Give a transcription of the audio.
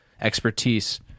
expertise